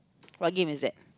what game is that